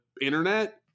internet